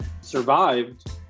survived